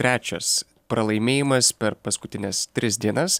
trečias pralaimėjimas per paskutines tris dienas